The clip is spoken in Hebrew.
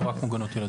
או רק מוגנות ילדים?